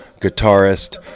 guitarist